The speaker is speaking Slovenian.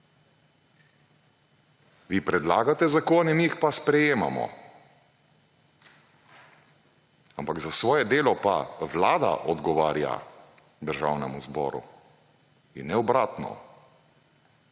Vi predlagate zakone, mi jih pa sprejemamo. Ampak za svoje delo pa Vlada odgovarja Državnemu zboru in ne obratno.